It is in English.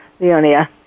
Leonia